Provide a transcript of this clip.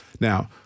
Now